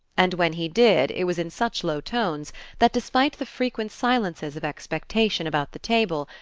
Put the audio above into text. and when he did it was in such low tones that, despite the frequent silences of expectation about the table,